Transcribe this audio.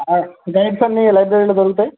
guides అన్నీ లైబ్రరీలో దొరుకుతాయి